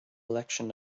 election